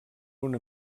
una